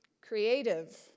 creative